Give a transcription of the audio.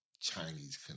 Chinese